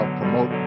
promote